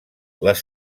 les